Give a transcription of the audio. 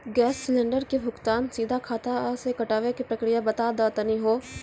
Gas cylinder के भुगतान सीधा खाता से कटावे के प्रक्रिया बता दा तनी हो?